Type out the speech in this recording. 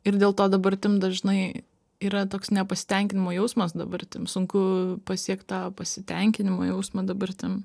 ir dėl to dabartim dažnai yra toks nepasitenkinimo jausmas dabartim sunku pasiekt tą pasitenkinimo jausmą dabartim